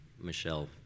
michelle